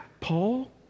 Paul